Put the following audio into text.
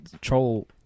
troll